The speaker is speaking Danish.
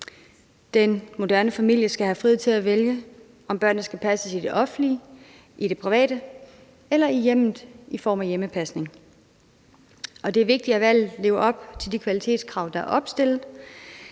Den moderne familie skal have frihed til at vælge, om børnene skal passes i det offentlige, i det private eller i hjemmet i form af hjemmepasning, og det er vigtigt, at der bliver levet op til de kvalitetskrav, der er opstillet,